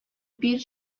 bir